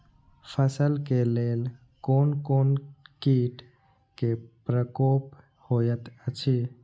फसल के लेल कोन कोन किट के प्रकोप होयत अछि?